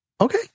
Okay